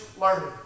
learning